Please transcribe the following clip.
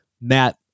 Matt